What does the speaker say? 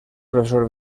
profesor